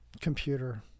computer